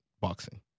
boxing